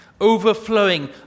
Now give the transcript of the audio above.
overflowing